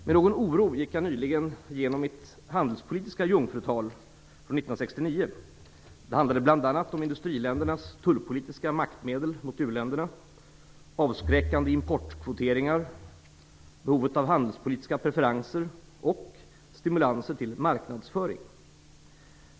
Med någon oro gick jag nyligen igenom mitt handelspolitiska jungfrutal från 1969. Det handlade bl.a. om industriländernas tullpolitiska maktmedel mot u-länderna, avskräckande importkvoteringar, behovet av handelspolitiska preferenser och stimulanser till marknadsföring.